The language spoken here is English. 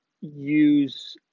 use